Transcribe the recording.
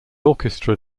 orchestra